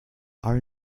are